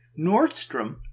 Nordstrom